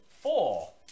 Four